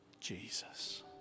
Jesus